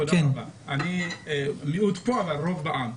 אני מיעוט כאן אבל רוב בעם.